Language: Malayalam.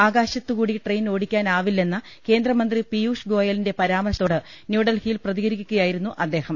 ആകാശത്തുകൂടി ട്രെയിൻ ഓടിക്കാനാവില്ലെന്ന കേന്ദ്രമന്ത്രി പിയൂഷ് ഗോയലിന്റെ പരാമർശത്തോട് ന്യൂഡൽഹിയിൽ പ്രതികരിക്കുകയായിരുന്നു അദ്ദേഹം